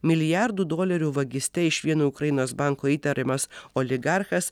milijardų dolerių vagyste iš vieno ukrainos banko įtariamas oligarchas